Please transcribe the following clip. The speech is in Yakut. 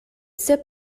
сөп